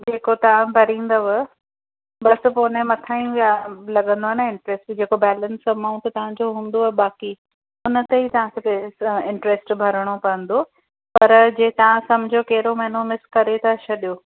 जेको तव्हां भरींदव बसि पोइ हुनजे मथां ई वियाजु लॻंदो आहे न इंट्रस्ट जेको बैलेंस अमाउंट तव्हांजो हूंदव बाक़ी उन ते ई तव्हांखे इंट्रस्ट भरणो पवंदो पर जे तव्हां सम्झो कहिड़ो महीनो मिस करे था छॾियो